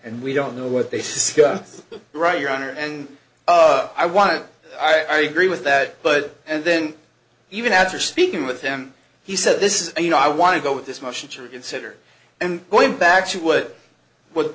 and we don't know what they said right your honor and i want to i agree with that but and then even after speaking with him he said this is you know i want to go with this motion to reconsider and going back to what what